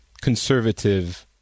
conservative